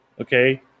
Okay